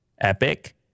Epic